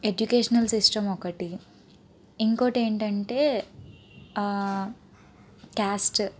educational system ఒకటి ఇంకటి ఏంటంటే క్యాస్ట్